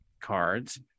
cards